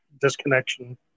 disconnection